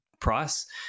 price